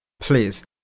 please